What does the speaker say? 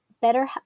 better